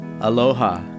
Aloha